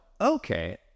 okay